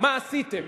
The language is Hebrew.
מה עשיתם?